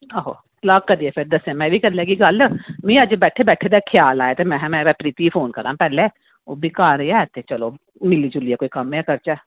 ते आहो कल्ल में बी करी लैगी गल्ल ते अज्ज बैठे बैठे दे ख्याल आया कि में हां प्रीति गल्ल करां अज्ज ओह्बी घर गै ते चलो मिली जुलियै कोई कम्म गै करचै